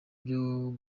byo